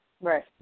Right